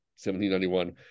1791